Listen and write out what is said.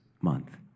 month